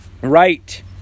right